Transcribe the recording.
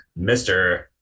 Mr